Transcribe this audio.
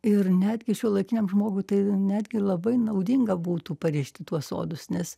ir netgi šiuolaikiniam žmogui tai netgi labai naudinga būtų parišti tuos sodus nes